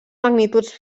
magnituds